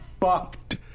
fucked